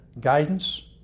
guidance